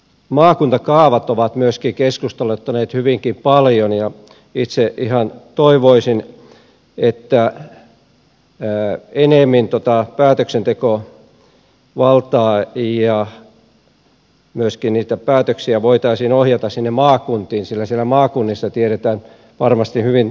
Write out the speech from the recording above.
maakuntakaavat ovat myöskin keskusteluttaneet hyvinkin paljon ja itse ihan toivoisin että enemmän tuota päätöksentekovaltaa ja myöskin niitä päätöksiä voitaisiin ohjata sinne maakuntiin sillä siellä maakunnissa tiedetään varmasti hyvin tarkkaan mitä siellä tarvitaan